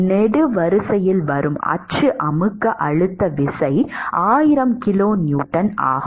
நெடுவரிசையில் வரும் அச்சு அமுக்க அழுத்த விசை 1000 கிலோநியூட்டன் ஆகும்